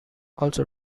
also